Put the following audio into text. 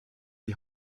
die